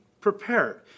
prepared